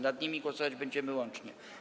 Nad nimi głosować będziemy łącznie.